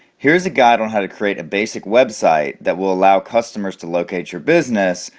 here is a guide on how to create a basic website that will allow customers to locate your business,